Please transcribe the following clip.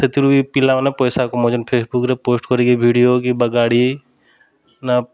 ସେଥିରୁ ବି ପିଲାମାନେ ପଇସା କମଉଛନ୍ ଫେସ୍ବୁକ୍ରେ ପୋଷ୍ଟ୍ କରିକି ଭିଡ଼ିଓ କିମ୍ବା ଗାଡ଼ି ନା